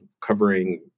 covering